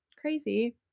crazy